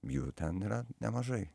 jų ir ten yra nemažai